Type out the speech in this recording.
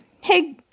hey